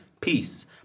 peace